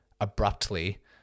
abruptly